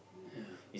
ya